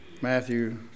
Matthew